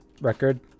record